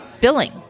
billing